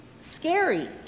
scary